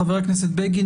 חבר הכנסת בגין,